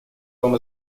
вам